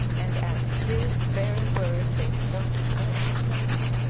and at his bare word they started out of nothing.